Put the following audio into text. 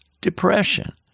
depression